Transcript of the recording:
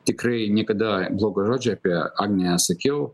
tikrai niekada blogo žodžio apie agnę nesakiau